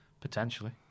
Potentially